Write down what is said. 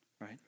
right